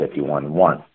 51.1